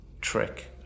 trick